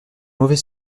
mauvais